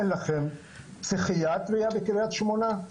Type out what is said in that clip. למה אין לכם פסיכיאטריה בקריית שמונה,